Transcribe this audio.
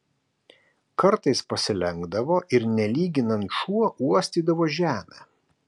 kartais pasilenkdavo ir nelyginant šuo uostydavo žemę